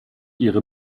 ihre